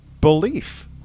belief